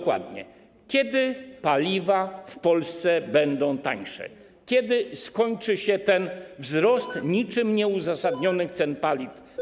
Kiedy paliwa w Polsce będą tańsze, kiedy skończy się ten niczym nieuzasadniony wzrost cen paliw?